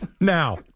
Now